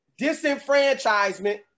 disenfranchisement